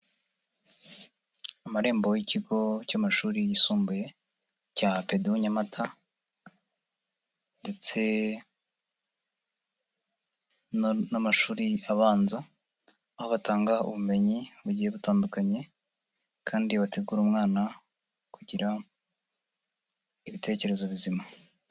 Amarembo y'ikigo cy'amashuri yisumbuye cya apedu Nyamata ndetse n'amashuri abanza aho batanga ubumenyi bugiye butandukanye kandi bategura umwana kugira ibitekerezo bizima.